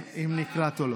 מיכאלי, סליחה,